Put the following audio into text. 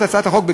התשע"ו 2016,